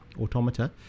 Automata